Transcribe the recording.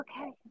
okay